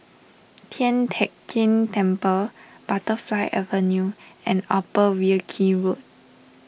Tian Teck Keng Temple Butterfly Avenue and Upper Wilkie Road